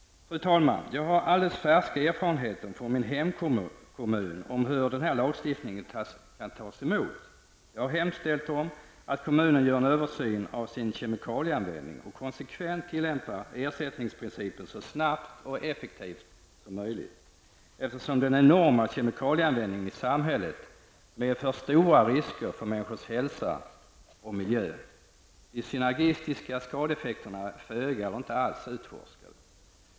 Fru talman! Jag har alldeles färska erfarenheter från min hemkommun av hur den här lagstiftningen kan tas emot. Jag har hemställt om att kommunen gör en översyn av sin kemikalieanvändning och konsekvent tillämpar ersättningsprincipen så snabbt och effektivt som möjligt, eftersom den enorma kemikalieanvändningen i samhället medför stora risker för människors hälsa och miljö. De synergistiska skadeeffekterna är föga eller inte alls utforskade.